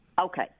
Okay